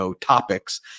topics